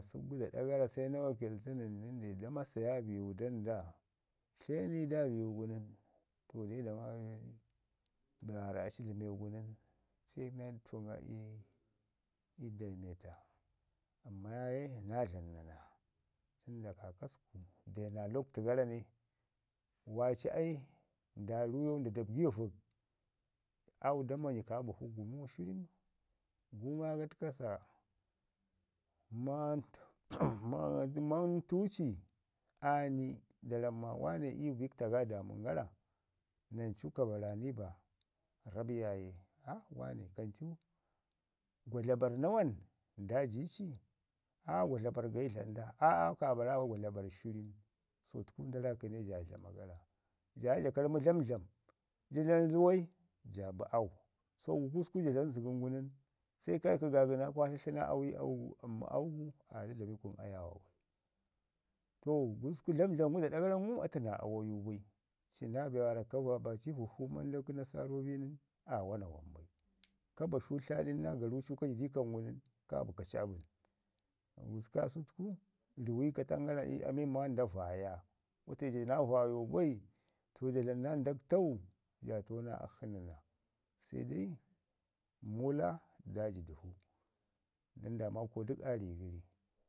Asək gu da ɗa gara sai na wakilei nən dayi da masayo biwu dani da tle ni da biwu gu nən to deu da be mi waarra aci dlame gu nən se na təfin go ii- ii dameta amman yaaye naa dlama tən da kaakasku deu naa lakwtu gara ne. waaci ai nda ruyau nda dabgi vəg, au da manyi kaa bufu guma shirin, guuma ayawo gatka sa. Man mantu ci aa ni da ramu maa waane iyu bikta go damən gara nancu ka bara ni ba rrap yaaye. "Ah wane kancu gwa dlabarr nawan, nda ji ci?" Ah, gwadlabarr gaupi dlam da, ah kaa bara gwadlabarr shirin sulku nda raakəne ja dlama gara. Ja ya ja karmi dlamdlam ja dlami ruwai ja bi au, to gususku ja dlamu zəgəm gu nən, se kwa iki gagənaawa kwa tlatli naa ami au gu, amman au gu aa ya da dlami kun ayaawa bai. To gusku dlamdlam gu da ɗa garan ngum, atu naa awayu bai ci naa be waarra ka babaci bufu bo manda kə nasaro bi nən wana wam bai. ka ba shau tladin naa garu cun ka ji di kam gu nən, kaa bi ka ci abən. kam gusku kaasau ruwai katan gara ii amin nda vaaya, wate ja naa vaayau bai to dlamu naa ndak tau, ja tau naa akshi nana. sai dai muula da ji dəvu, din nda maakau dək aa ri,